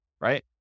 right